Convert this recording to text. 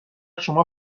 شما